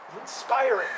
inspiring